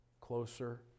closer